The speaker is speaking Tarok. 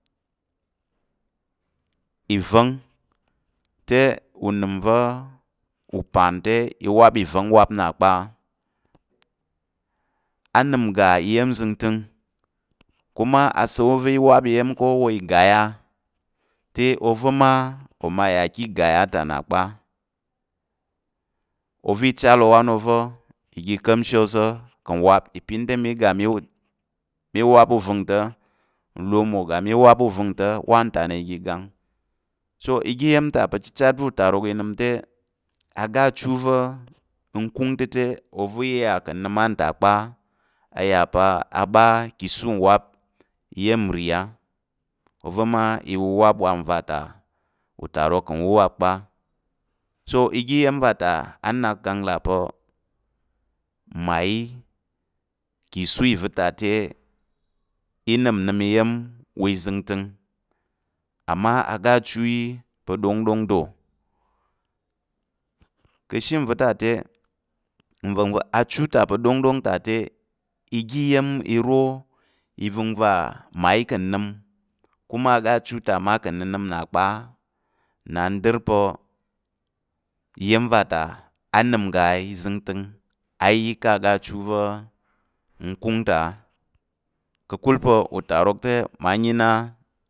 Ìváng te unəm va̱ upan te i wap ìváng wap nna kpa, a nəm ngga iya̱m zəngta̱ng kuma asa̱l- awu va̱ mi wap iya̱m ko wap igaya. te ova̱ mma oma yà ká̱ ìgaya ta kpa oza̱ ichal owan oza̱ iga i ka̱mshi oza ipipin mi wap uva̱ ta̱, nlomwo mi ga mi wap ova̱ ta̱ wantana i ga i gang, so oga iya̱m ta pa̱ chichat utarok i nəm te, oga achu va̱ nkung ta te, ova̱ iya ka̱ nəm wanta kpa, a yà pa̱ a ɓa ka̱ asa̱l- wu nwap iya̱m nri á ova̱ ma i wap wa nva ta utarok a̱ wuwap kpa, so oga iya̱ va̱ ta nak kag n là pa̱ mmayi ka̱ isu iva̱ ta te, i nəm nnəm iya̱m wa izəngtəng amma oga achu yi pa̱ ɗongɗong jiwo, ka̱ ashe nva̱ ta te, achu ta pa̱ ɗongɗong ta te oga iya̱m iro iva̱ngva mmayi ka̱ nəm kuma oga achu ta mma ka̱ nənəm na kpa, nna n ɗer pa̱ iya̱m va ta a nəm ngga izəngtəng ka̱ achu va̱ nkung ta, ka̱kul pa̱ utarok te mma ǹyi na,